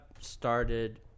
started